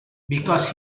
because